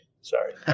Sorry